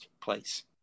place